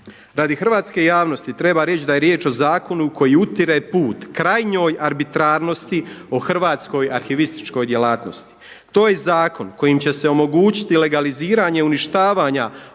Radi hrvatske javnosti treba reći da je riječ o zakonu koji utire put krajnjoj arbitrarnosti, o hrvatskoj arhivističkoj djelatnosti. To je i zakon kojim će se omogućiti legaliziranje uništavanja